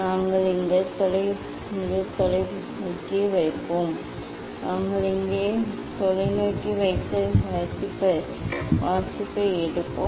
நாங்கள் இங்கே தொலைநோக்கி வைப்போம் நாங்கள் இங்கே தொலைநோக்கி வைத்து வாசிப்பை எடுப்போம்